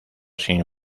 sin